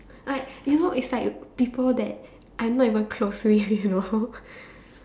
like you know it's like people that I'm not even close with you know